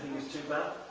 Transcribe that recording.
too bad.